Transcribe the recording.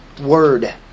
word